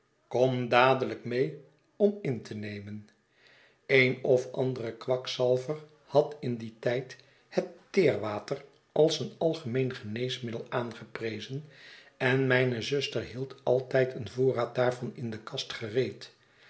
kom dadelijk mee om in te nemen een of andere kwakzalver had in dien tijd het teerwater als een algemeen geneesmiddel aangeprezen en mijne zuster hield altijd een voorraad daarvan in de kast gereed